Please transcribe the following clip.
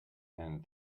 and